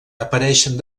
apareixen